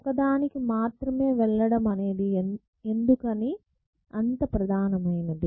ఒకదానికి మాత్రమే వెళ్లడం అనేది ఎందుకని అంత ప్రధానమైనది